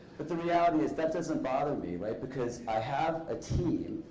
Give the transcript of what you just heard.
but the reality is, that doesn't bother me like because i have a team,